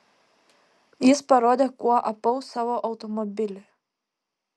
jis parodė kuo apaus savo automobilį